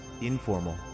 Informal